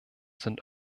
sind